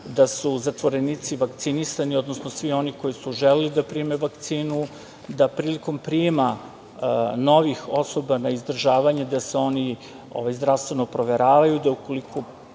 da su zatvorenici vakcinisani, odnosno, svi oni koji su želeli da prime vakcinu, da prilikom prijema novih osoba na izdržavanje, oni se zdravstveno proveravaju, ukoliko